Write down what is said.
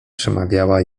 przemawiała